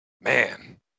man